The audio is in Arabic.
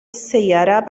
السيارة